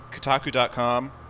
kotaku.com